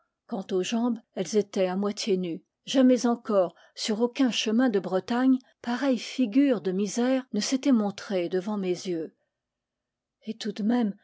quant aux jambes elles étaient à moitié nues jamais encore sur aucun chemin de bretagne pareille figure de misère ne s'était montrée devant mes yeux et tout de même